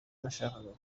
nashakaga